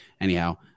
anyhow